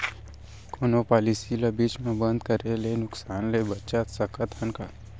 कोनो पॉलिसी ला बीच मा बंद करे ले नुकसान से बचत सकत हन का?